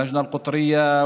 הוועדה הארצית,